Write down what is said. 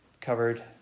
covered